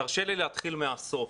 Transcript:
תרשה לי להתחיל מהסוף.